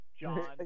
John